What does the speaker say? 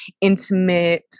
intimate